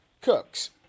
cooks